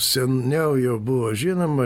seniau jau buvo žinoma